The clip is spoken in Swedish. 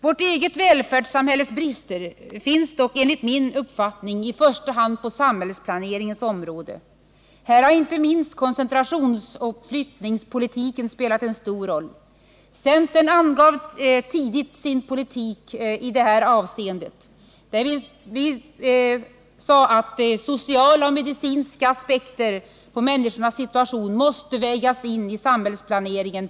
Vårt eget välfärdssamhälles brister finns dock enligt min uppfattning i första hand på samhällsplaneringens område. Här har inte minst koncentrationsoch flyttningspolitiken spelat en stor roll. Centern angav tidigt sin politik i det här avseendet. Vi sade att sociala och medicinska aspekter på människornas situation på ett tidigt stadium måste vägas in i samhällsplaneringen.